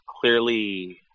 clearly